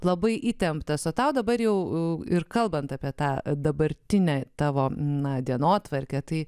labai įtemptas o tau dabar jau ir kalbant apie tą dabartinę tavo na dienotvarkę tai